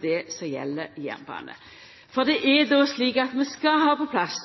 det som gjeld jernbane. For det er slik at vi skal ha på plass